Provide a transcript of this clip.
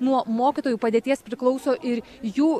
nuo mokytojų padėties priklauso ir jų